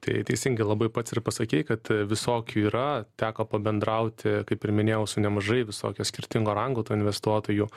tai teisingai labai pats ir pasakei kad e visokių yra teko pabendrauti kaip ir minėjau su nemažai visokio skirtingo rango tų investuotojų